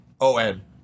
O-N